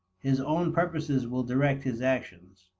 his own purposes will direct his actions.